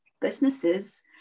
businesses